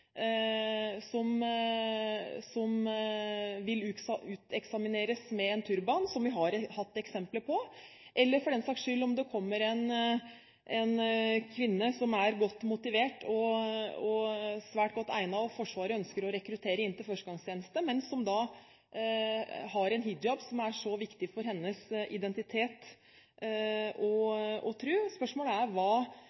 som vil uteksamineres med en turban – som vi har hatt eksempler på – eller, for den saks skyld, om det kommer en kvinne som er godt motivert og svært godt egnet, og Forsvaret ønsker å rekruttere inn til førstegangstjeneste, men som da har en hijab, som er så viktig for hennes identitet og